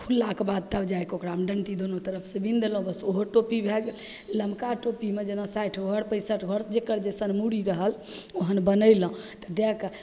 खुल्लाके बाद तब जाके ओकरामे डन्टी दुनू तरफसे बिनि देलहुँ बस ओहो टोपी भै गेल लमका टोपीमे जेना सठि घर पैँसठि घर जकर जइसन मूड़ी रहल ओहन बनेलहुँ तऽ दैके